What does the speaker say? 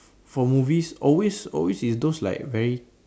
for movies always always is those like very